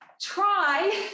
try